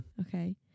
Okay